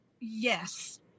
Yes